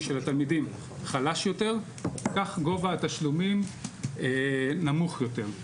של התלמידים חלש יותר כך גובה התשלומים נמוך יותר.